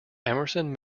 emerson